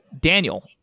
Daniel